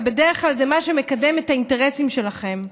ובדרך כלל זה מה שמקדם את האינטרסים שלכם.